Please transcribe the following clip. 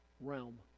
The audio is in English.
realm